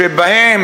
שבה,